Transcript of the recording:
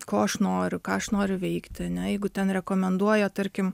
ko aš noriu ką aš noriu veikti ane jeigu ten rekomenduoja tarkim